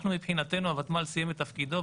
מבחינתנו הוותמ"ל סיימה את תפקידה,